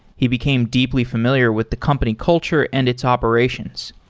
he became deeply familiar with the company culture and its operations.